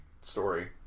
story